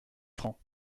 francs